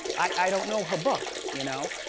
i don't know her books you know.